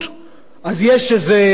אז יש איזה הסדר,